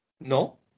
No